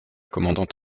commandant